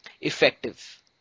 effective